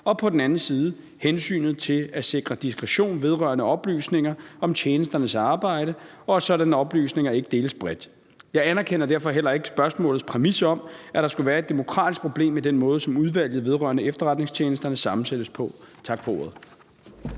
og på den anden side hensynet til at sikre diskretion vedrørende oplysninger om tjenesternes arbejde, og at sådanne oplysninger ikke deles bredt. Jeg anerkender derfor heller ikke spørgsmålets præmis om, at der skulle være et demokratisk problem i den måde, som Udvalget vedrørende Efterretningstjenesterne sammensættes på. Tak for ordet.